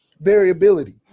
variability